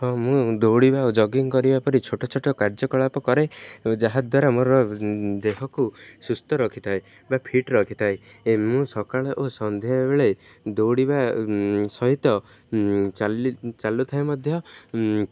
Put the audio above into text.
ହଁ ମୁଁ ଦୌଡ଼ିବା ଓ ଜଗିଙ୍ଗ କରିବା ପରି ଛୋଟ ଛୋଟ କାର୍ଯ୍ୟକଳାପ କରେ ଯାହାଦ୍ୱାରା ମୋର ଦେହକୁ ସୁସ୍ଥ ରଖିଥାଏ ବା ଫିଟ୍ ରଖିଥାଏ ମୁଁ ସକାଳ ଓ ସନ୍ଧ୍ୟା ବେଳେ ଦୌଡ଼ିବା ସହିତ ଚାଲି ଚାଲୁଥାଏ ମଧ୍ୟ